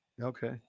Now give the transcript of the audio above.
okay